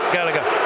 Gallagher